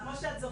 כמו שאת זוכרת,